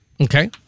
Okay